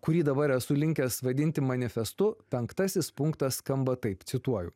kurį dabar esu linkęs vadinti manifestu penktasis punktas skamba taip cituoju